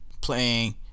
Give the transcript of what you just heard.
playing